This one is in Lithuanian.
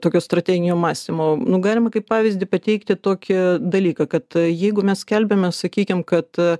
tokio strateginio mąstymo nu galima kaip pavyzdį pateikti tokį dalyką kad jeigu mes skelbiame sakykim kad